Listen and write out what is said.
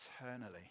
eternally